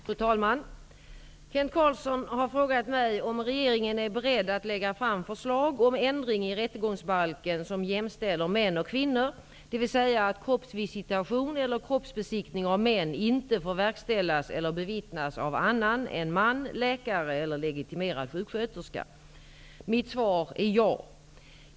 Fru talman! Kent Carlsson har frågat mig om regeringen är beredd att lägga fram förslag om ändring i rättegångsbalken som jämställer män och kvinnor, dvs. att kroppsvisitation eller kroppsbesiktning av män inte får verkställas eller bevittnas av annan än man, läkare eller legitimerad sjuksköterska. Mitt svar är ja!